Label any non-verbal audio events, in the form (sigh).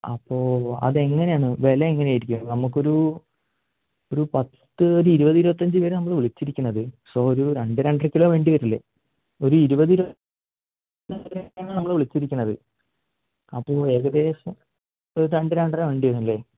അപ്പോൾ അതെങ്ങനെയാണ് വില എങ്ങനെ ആയിരിക്കും നമ്മൾക്കൊരു ഒരു പത്ത് ഒരു ഇരുപത് ഇരുപത്തഞ്ചു പേരെ നമ്മൾ വിളിച്ചിരിക്കുന്നത് സോ ഒരു രണ്ട് രണ്ടരക്കിലോ വേണ്ടി വരില്ലേ ഒരു ഇരുപത് (unintelligible) നമ്മൾ വിളിച്ചിരിക്കുന്നത് അപ്പോൾ ഏകദേശം രണ്ട് രണ്ടര വേണ്ടി വരും അല്ലേ